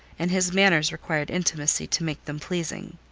and his manners required intimacy to make them pleasing.